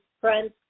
friends